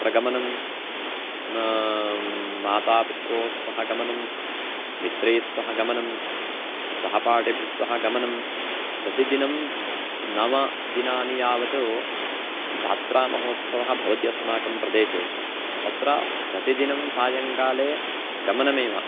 तत्र गमनं मातापित्रोस्सह गमनं मित्रैस्सह गमनं सहपाठिभिस्सह गमनं प्रतिदिनं नव दिनानि यावत् जात्रामहोत्सवः भवति अस्माकं प्रदेशे तत्र प्रतिदिनं सायङ्काले गमनमेव